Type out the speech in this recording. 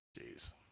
Jeez